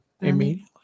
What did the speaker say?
immediately